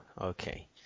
Okay